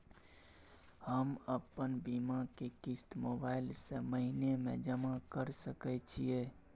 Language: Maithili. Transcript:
हम अपन बीमा के किस्त मोबाईल से महीने में जमा कर सके छिए?